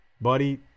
Buddy